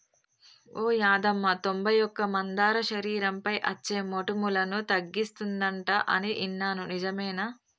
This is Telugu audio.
ఓ యాదమ్మ తొంబై ఒక్క మందార శరీరంపై అచ్చే మోటుములను తగ్గిస్తుందంట అని ఇన్నాను నిజమేనా